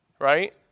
right